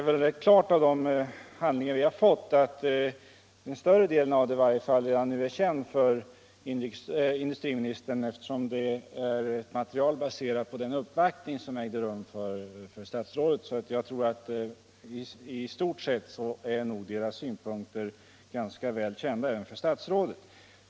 Jag tror att industriministern känner till de här uttalandena rätt väl, eftersom materialet är baserat på den uppvaktning som ägde rum för statsrådet.